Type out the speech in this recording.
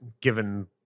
given